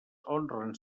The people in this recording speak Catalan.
honren